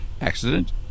Accident